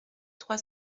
trois